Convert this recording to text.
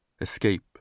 escape